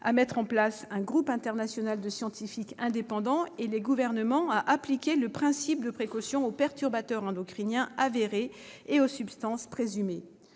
à mettre en place un groupe international de scientifiques indépendants et les gouvernements à appliquer le principe de précaution aux perturbateurs endocriniens avérés et aux substances présumées.